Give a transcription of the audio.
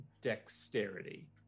dexterity